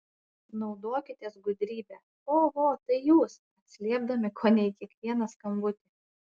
naudokitės gudrybe oho tai jūs atsiliepdami kone į kiekvieną skambutį